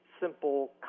simple